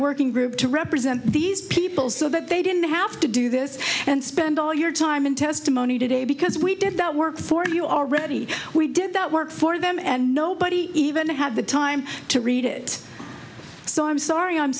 working group to represent these people so that they didn't have to do this and spend all your time in testimony today because we did that work for you already we did that work for them and nobody even had the time to read it so i'm sorry i'm